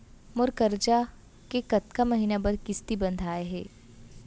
मोर करजा के कतका महीना बर किस्ती बंधाये हे?